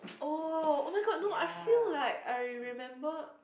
oh oh-my-god no I feel like I remember